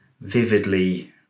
vividly